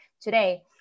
today